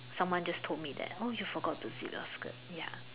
someone just told me that oh you forgot to zip your skirt ya